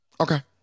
Okay